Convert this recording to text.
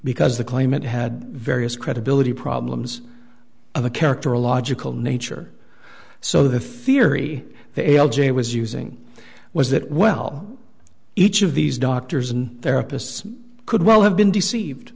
because the claimant had various credibility problems of the characterological nature so the theory they l j was using was that well each of these doctors and therapists could well have been deceived